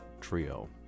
Trio